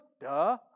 duh